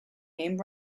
named